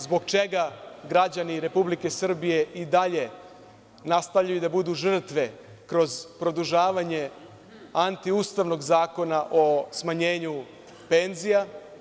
Zbog čega građani Republike Srbije i dalje nastavljaju da budu žrtve kroz produžavanje antiustavnog zakona o smanjenju penzija?